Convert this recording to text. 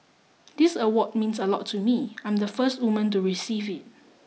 this award means a lot to me I'm the first woman to receive it